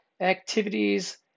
activities